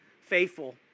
faithful